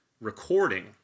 recording